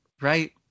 right